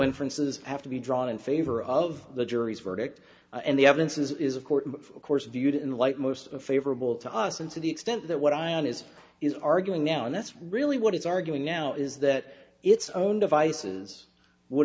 inferences have to be drawn in favor of the jury's verdict and the evidence is of course of course viewed in the light most favorable to us and to the extent that what ion is is arguing now and that's really what is arguing now is that its own devices would